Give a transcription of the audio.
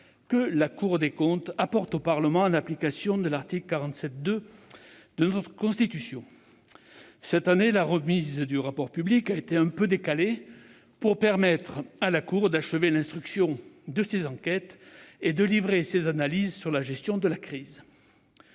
que la Cour des comptes apporte au Parlement, en application de l'article 47-2 de notre Constitution. Cette année, la remise du rapport public a été quelque peu décalée pour permettre à la Cour d'achever l'instruction de ses enquêtes et de livrer ses analyses sur la gestion de la crise.